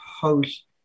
host